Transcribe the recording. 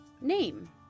name